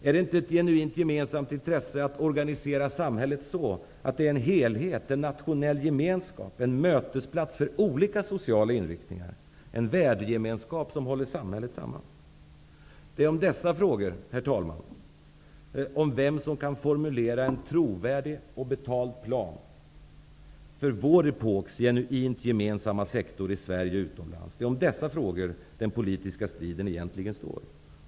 Är det inte ett genuint gemensamt intresse att organisera samhället så att det blir en helhet, en nationell gemenskap, en mötesplats för olika sociala inriktningar -- en värdegemenskap som håller samhället samman? Herr talman! Den politiska striden rör egentligen frågan om vem som kan formulera en trovärdig och betald plan för vår epoks genuint gemensamma sektor i Sverige och utomlands.